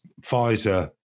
Pfizer